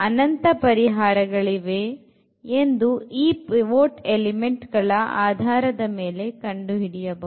ಅನಂತ ಪರಿಹಾರಗಳಿವೆಯೇ ಎಂದು ಈ ಪಿವೊಟ್ ಎಲಿಮೆಂಟ್ ಗಳ ಆಧಾರದ ಮೇಲೆ ಕಂಡುಹಿಡಿಯಬಹುದು